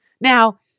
Now